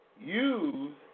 use